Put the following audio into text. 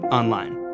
online